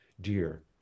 dear